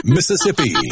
Mississippi